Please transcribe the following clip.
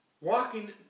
Walking